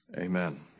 Amen